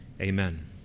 amen